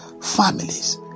families